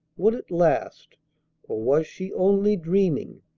would it last was she only dreaming?